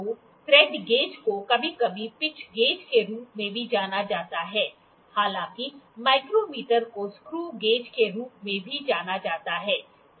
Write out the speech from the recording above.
तो thread gauge को कभी कभी पिच गेज के रूप में भी जाना जाता है हालांकि माइक्रोमीटर को स्क्रू गेज के रूप में भी जाना जाता है